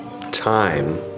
time